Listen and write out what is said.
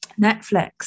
Netflix